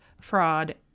fraud